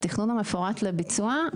התכנון המפורט לביצוע,